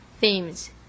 themes